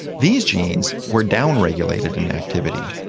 these genes were down-regulated in activity,